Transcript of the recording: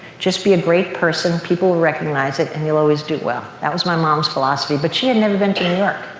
just be a great person. people will recognize it and you'll always do well. that was my mom's philosophy, but she had never been to new york.